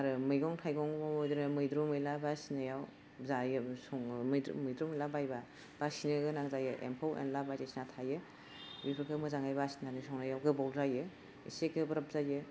आरो मैगं थाइगङाव बिदिनो मैद्रु मैला बासिनायाव जायोबो सङो मैद्रु मैद्रु मैला बायबा बासिनो गोनां जायो एम्फौ एनला बायदिसिना थायो बेफोरखो मोजाङै बासिनानै संनायाव गोबाव जायो एसे गोब्राब जायो